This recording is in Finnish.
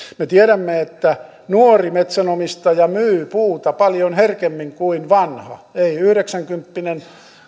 me tiedämme että nuori metsänomistaja myy puuta paljon herkemmin kuin vanha ei ei yhdeksänkymppinen